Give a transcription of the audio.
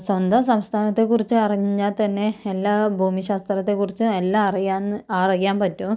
സ്വന്തം സംസ്ഥാനത്തെ കുറിച്ച് അറിഞ്ഞാൽ തന്നെ എല്ലാ ഭൂമി ശാസ്ത്രത്തെ കുറിച്ചും എല്ലാം അറിയാന്ന് അറിയാൻ പറ്റും